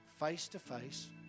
face-to-face